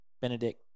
Benedict